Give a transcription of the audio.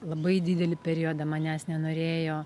labai didelį periodą manęs nenorėjo